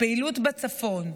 הפעילות בצפון,